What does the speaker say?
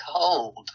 cold